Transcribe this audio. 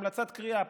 המלצת קריאה.